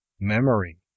Memory